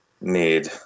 need